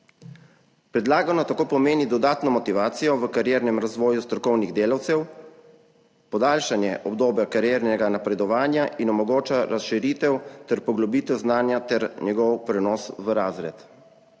Predlagano tako pomeni dodatno motivacijo v kariernem razvoju strokovnih delavcev, podaljšanje obdobja kariernega napredovanja in omogoča razširitev ter poglobitev znanja ter njegov prenos v razred.